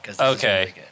Okay